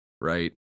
right